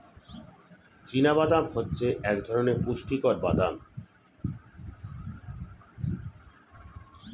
চীনা বাদাম হচ্ছে এক ধরণের পুষ্টিকর বাদাম